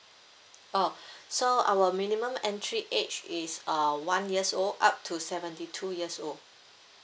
oh so our minimum entry age is uh one years old up to seventy two years old